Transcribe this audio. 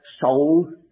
soul